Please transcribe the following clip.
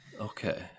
Okay